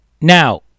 Now